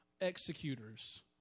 executors